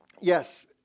yes